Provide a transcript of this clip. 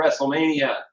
WrestleMania